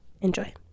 Enjoy